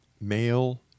male